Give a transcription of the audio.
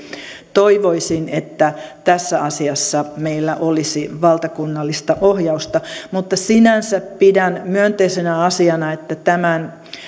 toivoisin että tässä asiassa meillä olisi valtakunnallista ohjausta mutta sinänsä pidän myönteisenä asiana että näiden